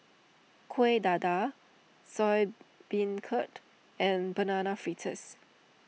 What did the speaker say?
Kueh Dadar Soya Beancurd and Banana Fritters